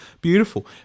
beautiful